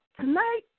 tonight